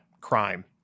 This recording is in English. crime